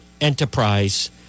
enterprise